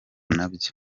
nabyo